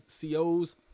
CO's